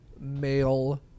male